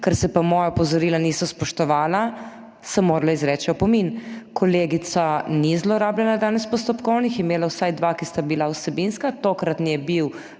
ker se pa moja opozorila niso spoštovala sem morala izreči opomin. Kolegica ni zlorabljena danes postopkovnih imela vsaj dva, ki sta bila vsebinska. Tokratni je bil